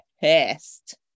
pissed